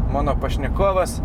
mano pašnekovas